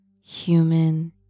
human